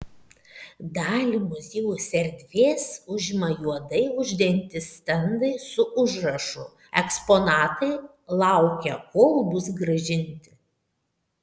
dalį muziejaus erdvės užima juodai uždengti stendai su užrašu eksponatai laukia kol bus grąžinti